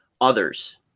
others